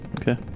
Okay